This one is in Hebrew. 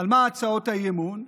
על מה הצעות האי-אמון?